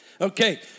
Okay